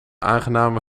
aangename